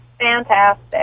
Fantastic